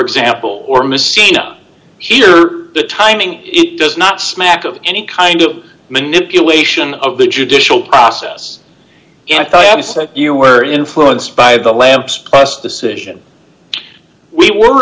example or messina here the timing it does not smack of any kind of manipulation of the judicial process if you were influenced by the lamps us decision we were